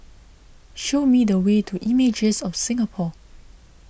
show me the way to Images of Singapore